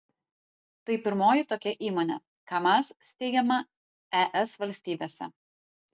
tai pirmoji tokia įmonė kamaz steigiama es valstybėse